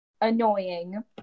annoying